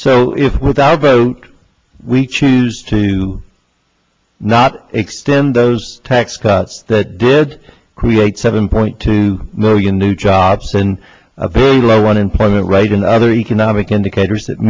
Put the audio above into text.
so if with our vote we choose to not extend those tax cuts that did create seven point two million new jobs in a very low unemployment rate in other economic indicators that